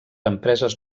empreses